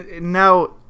Now